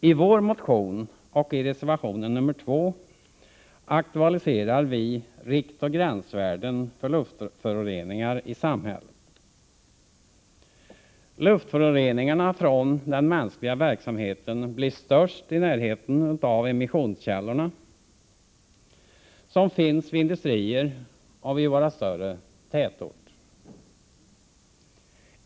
I vår motion och i reservation nr 2 aktualiserar vi riktoch gränsvärden för luftföroreningar i samhället. Luftföroreningarna från den mänskliga verksamheten blir störst i närheten av emissionskällorna, som finns vid industrier och i våra större tätorter.